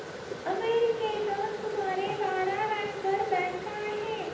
अमेरिकेतच सुमारे बारा बँकर बँका आहेत